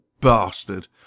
bastard